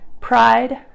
pride